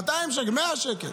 1,000 שקל,